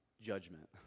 judgment